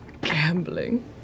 gambling